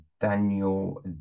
Daniel